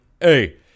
Hey